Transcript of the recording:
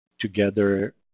Together